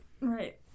Right